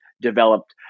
developed